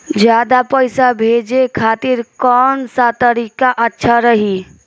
ज्यादा पईसा भेजे खातिर कौन सा तरीका अच्छा रही?